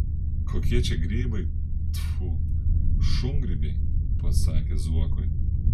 kokie čia grybai tfu šungrybiai pasakė zuokui